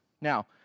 Now